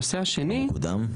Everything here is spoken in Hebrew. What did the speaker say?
הוא מקודם?